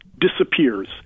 disappears